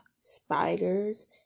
spiders